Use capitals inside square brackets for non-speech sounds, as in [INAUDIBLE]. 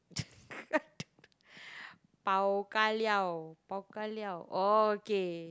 [LAUGHS] I don't know Bao Ka Liao